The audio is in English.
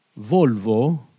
Volvo